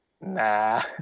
nah